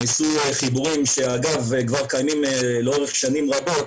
נעשו חיבורים, שאגב, כבר קיימים לאורך שנים רבות,